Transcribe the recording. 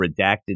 redacted